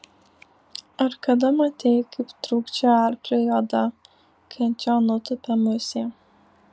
ar kada matei kaip trūkčioja arkliui oda kai ant jo nutupia musė